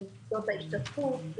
זאת ההשתתפות,